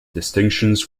distinctions